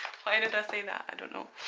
why did i say that i don't know.